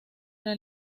era